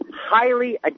highly